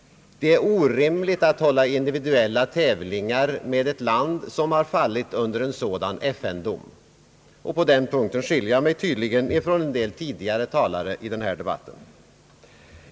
Det är orimligt att hålla individuella tävlingar med ett land som har fallit under en sådan FN-dom. På den punkten skiljer jag mig tydligen från en del av de föregående talarna i denna debatt.